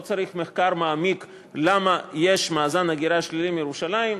לא צריך מחקר מעמיק למה יש מאזן הגירה שלילי בירושלים,